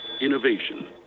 Innovation